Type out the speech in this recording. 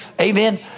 Amen